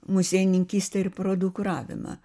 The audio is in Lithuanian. muziejininkystę ir parodų kuravimą